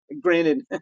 granted